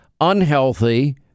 unhealthy